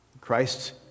Christ